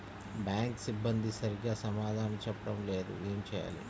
Bank సిబ్బంది సరిగ్గా సమాధానం చెప్పటం లేదు ఏం చెయ్యాలి?